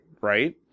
right